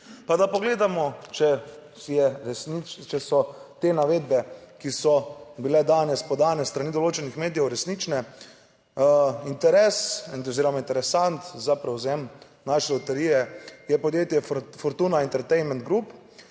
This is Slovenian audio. Pa da pogledamo, če je res, če so te navedbe, ki so bile danes podane s strani določenih medijev, resnične. Interes oziroma interesant za prevzem naše loterije je podjetje Fortuna Entertainment Group,